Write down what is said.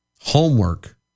Homework